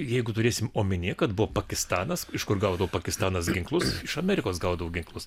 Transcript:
jeigu turėsim omenyje kad buvo pakistanas iš kur gaudavo pakistanas ginklus iš amerikos gaudavo ginklus